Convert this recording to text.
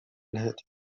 الهاتف